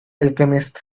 alchemist